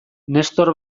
nestor